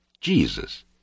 Jesus